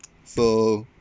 so